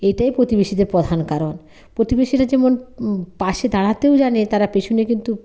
এতে প্রতিবেশীদের প্রধান কারণ প্রতিবেশীরা যেমন পাশে দাঁড়াতেও জানে তারা পেছনে কিন্তু